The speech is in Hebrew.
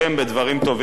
רק בדברים טובים.